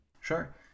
Sure